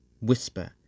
whisper